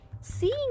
Seeing